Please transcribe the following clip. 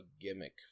gimmick